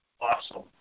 awesome